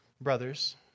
brothers